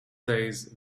days